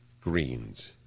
greens